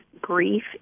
grief